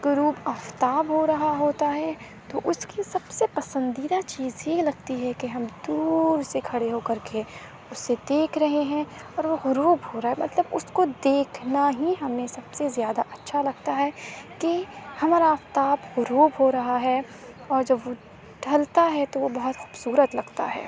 غروب آفتاب ہو رہا ہوتا ہے تو اس کی سب سے پسندیدہ چیز یہ لگتی ہے کہ ہم دور سے کھڑے ہو کر کے اسے دیکھ رہے ہیں اور وہ غروب ہو رہا ہے مطلب اس کو دیکھنا ہی ہمیں سب سے زیادہ اچھا لگتا ہے کہ ہمارا آفتاب غروب ہو رہا ہے اور جب وہ ڈھلتا ہے تو وہ بہت خوبصورت لگتا ہے